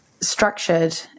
structured